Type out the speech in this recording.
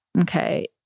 Okay